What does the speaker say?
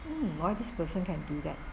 mm why this person can do that